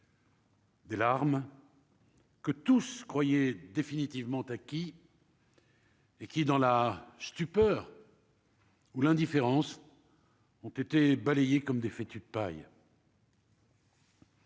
Des larmes. Que tous croyaient définitivement acquis. Et qui, dans la stupeur. Ou l'indifférence ont été balayés comme des fétus de paille.